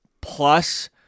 Plus